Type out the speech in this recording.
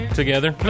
together